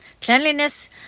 Cleanliness